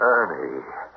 Ernie